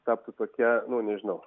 taptų tokia nežinau